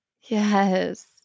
Yes